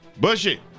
Bushy